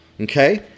Okay